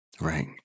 Right